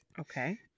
Okay